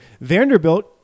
Vanderbilt